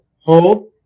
hold